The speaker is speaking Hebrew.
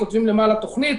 כותבים למעלה תוכנית,